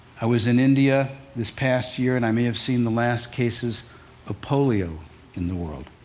i was in india this past year, and i may have seen the last cases of polio in the world.